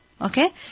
Okay